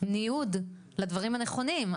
ניוד לדברים הנכונים.